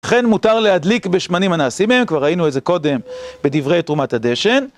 לכן מותר להדליק בשמנים הנעשים הם, כבר ראינו את זה קודם בדברי תרומת הדשן.